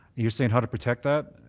you're saying how to protect that?